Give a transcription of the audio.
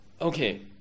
Okay